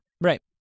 Right